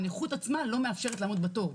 הנכות עצמה לא מאפשרת לעמוד בתור.